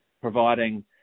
providing